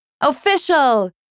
Official